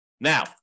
Now